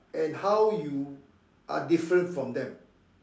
and how you are different from them